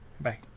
bye